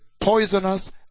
poisonous